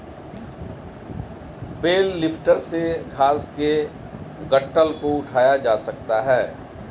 bell lifter से घास के गट्ठल को उठाया जा सकता है